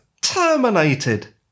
terminated